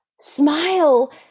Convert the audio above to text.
Smile